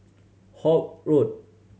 Holt Road